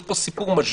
יש פה סיפור מז'ורי